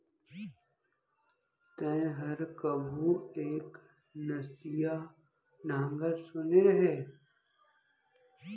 तैंहर कभू एक नसिया नांगर सुने रहें?